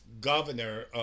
governor